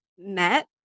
met